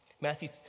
Matthew